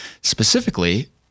specifically